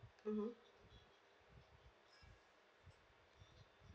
mm